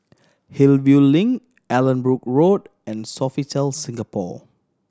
Hillview Link Allanbrooke Road and Sofitel Singapore